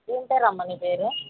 ఏం పేరు అమ్మా నీ పేరు